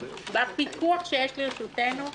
בפיקוח שיש לרשותנו,